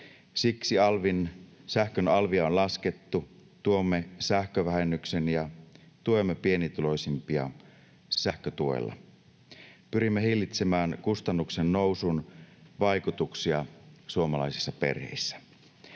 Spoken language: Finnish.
Siksi sähkön alvia on laskettu, tuomme sähkövähennyksen ja tuemme pienituloisimpia sähkötuella. Pyrimme hillitsemään kustannusten nousun vaikutuksia suomalaisissa perheissä.